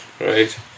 Right